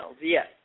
yes